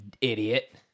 idiot